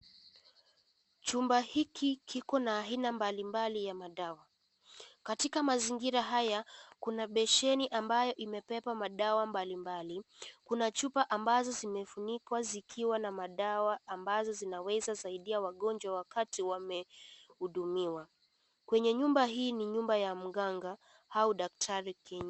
Chumba hiki kiko na aina mbalimbali ya madawa, katika mazingira haya kuna beseni ambayo imebeba madawa mbalimbali . Kuna chupa ambazo zimefunikwa zikiwa na madawa ambazo zinaweza kusaidia wagonjwa wakati wamehudumiwa. Kwenye nyumba hii ni nyumba ni nyumba ya mkanga au daktari .